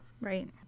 Right